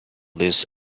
these